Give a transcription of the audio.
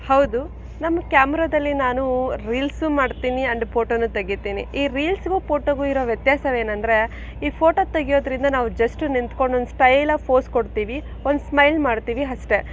ಹೌದು ನಮ್ಮ ಕ್ಯಾಮ್ರದಲ್ಲಿ ನಾನು ರೀಲ್ಸು ಮಾಡ್ತೀನಿ ಆ್ಯಂಡ್ ಪೋಟೋನು ತೆಗಿತೀನಿ ಈ ರೀಲ್ಸ್ಗೂ ಪೋಟೋಗೂ ಇರೋ ವ್ಯತ್ಯಾಸವೇನಂದರೆ ಈ ಫೋಟೋ ತೆಗಿಯೋದ್ರಿಂದ ನಾವು ಜಸ್ಟ್ ನಿಂತ್ಕೊಂಡು ಒಂದು ಸ್ಟೈಲಾಗಿ ಫೋಸ್ ಕೊಡ್ತೀವಿ ಒಂದು ಸ್ಮೈಲ್ ಮಾಡ್ತೀವಿ ಅಷ್ಟೆ